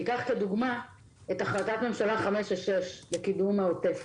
אני אקח את כדוגמה את החלטת הממשלה 566 לקידום העוטף